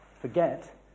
forget